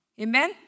Amen